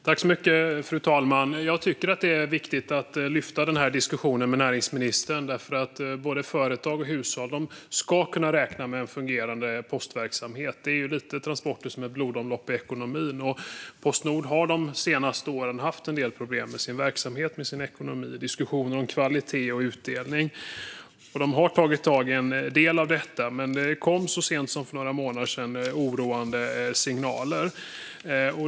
Fru talman! Jag tycker att det är viktigt att ta denna diskussion med näringsministern eftersom både företag och hushåll ska kunna räkna med en fungerande postverksamhet. Det är ju lite grann transporter som är blodomlopp i ekonomin, och Postnord har ju de senaste åren haft en del problem med sin verksamhet och sin ekonomi. Det har varit diskussioner om kvalitet och utdelning. Bolaget har tagit tag i en del av detta, men för några månader sedan kom det oroande signaler.